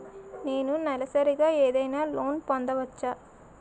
నేను నెలసరిగా ఏదైనా లోన్ పొందవచ్చా?